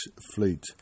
fleet